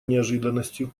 неожиданностью